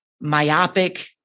myopic